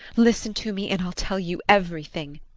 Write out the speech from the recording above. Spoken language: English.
listen to me and i'll tell you everything.